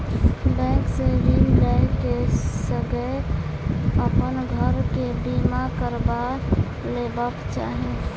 bank से ऋण लै क संगै अपन घर के बीमा करबा लेबाक चाही